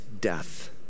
death